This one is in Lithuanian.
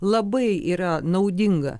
labai yra naudinga